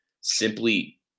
simply